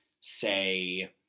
say